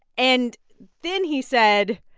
and then he said,